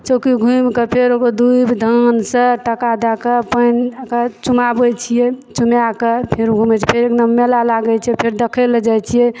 चौकी घुमयके फेर दुभि धान सओ टाका दए कऽ पानि धए कऽ चुमाबइ छियै चुमाय कऽ फेरो घुमय छियै फेर एक दिना मेला लागय छै फेर देखय लए जाइ छियै